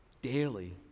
daily